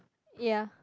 ya